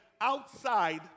outside